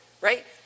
right